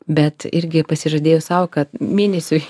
bet irgi pasižadėjau sau kad mėnesiui